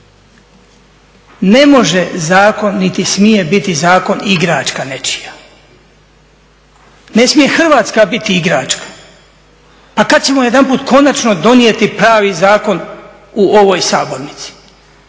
Ne može zakon niti smije biti zakon igračka nečija, ne smije Hrvatska biti igračka. Pa kada ćemo jedanput konačno donijeti jedan pravi zakon u ovoj sabornici